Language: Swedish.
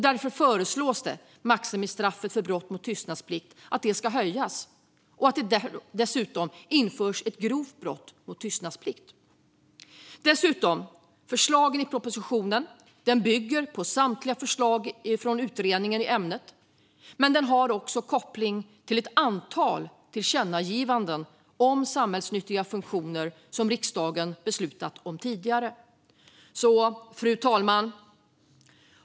Därför föreslås att maximistraffet för brott mot tystnadsplikt höjs och att brottsrubriceringen grovt brott mot tystnadsplikt införs. Förslagen i propositionen bygger på förslag från utredningen i ämnet men har också koppling till ett antal tillkännagivanden om samhällsnyttiga funktioner som riksdagen beslutat om tidigare. Fru talman!